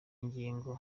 ingingo